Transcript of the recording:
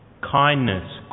Kindness